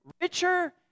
richer